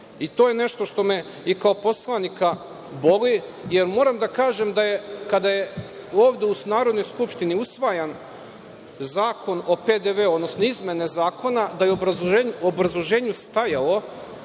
je nešto što me i kao poslanika boli, jel moram da kažem da je, kada je ovde u Narodnoj skupštini, usvajan Zakon o PDV, odnosno izmena Zakona, da je u obrazloženju stajalo